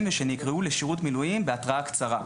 ושנקראו לשירות מילואים בהתראה קצרה,